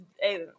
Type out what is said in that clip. hey